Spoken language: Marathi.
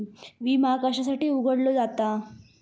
विमा कशासाठी उघडलो जाता?